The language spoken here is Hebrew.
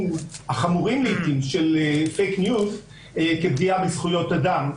החמורים של "פייק ניוז" כפגיעה בזכויות אדם.